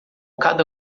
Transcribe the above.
cada